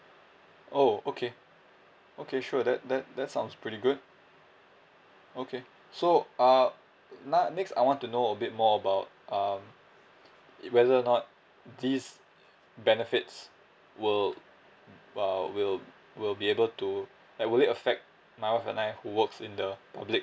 oh okay okay sure that that that sounds pretty good okay so uh n~ next I want to know a bit more about um whether or not this benefits will uh will will be able to like will it affect my wife and I who works in the public